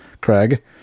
Craig